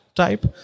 type